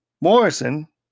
Morrison